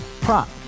prop